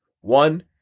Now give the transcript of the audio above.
one